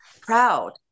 proud